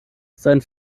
sein